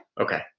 Okay